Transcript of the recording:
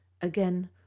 Again